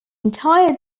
entire